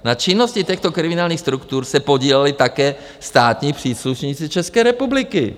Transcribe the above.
Na činnosti těchto kriminálních struktur se podíleli také státní příslušníci České republiky.